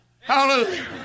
Hallelujah